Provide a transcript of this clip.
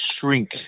shrink